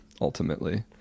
ultimately